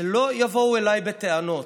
שלא יבואו אליי בטענות.